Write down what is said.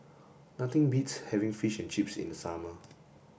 nothing beats having fish and chips in the summer